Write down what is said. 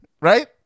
right